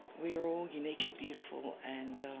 we are all uniquely beautiful, and